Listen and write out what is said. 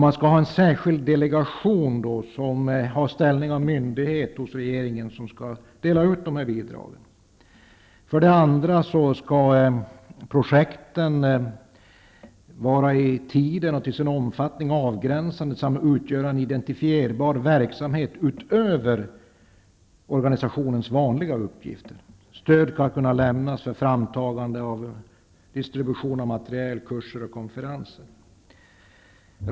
Man skall ha en särskild delegation hos regeringen som har ställning av myndighet och som skall dela ut dessa bidrag. För det andra skall projekten vara i tiden och till sin omfattning avgränsade samt utgöra en identifierbar verksamhet utöver organisationens vanliga uppgifter. Stöd skall kunna lämnas för framtagande och distribution av materiel, kurser och konferenser.